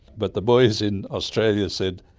but the boys in australia said,